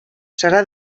serà